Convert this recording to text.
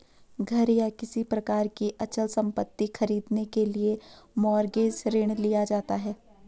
घर या किसी प्रकार की अचल संपत्ति खरीदने के लिए मॉरगेज ऋण लिया जाता है